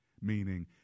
Meaning